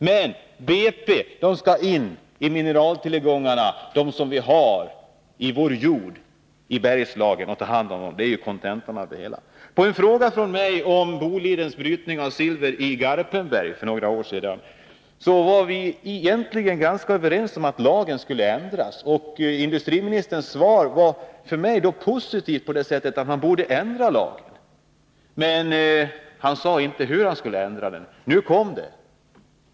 Men BP skall in i de mineraltillgångar vi har i vår jord i Bergslagen. Det är kontentan av det hela. Jag ställde för några år sedan en fråga om Bolidens brytning av silver i Garpenberg. Vi var då egentligen ganska överens om att lagen skulle ändras. Industriministerns svar var för mig då positivt på det sättet att han sade att man borde ändra lagen. Han sade emellertid inte hur han skulle ändra den. Nu kom det!